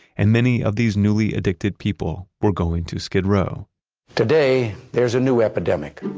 and many of these newly addicted people were going to skid row today, there is a new epidemic,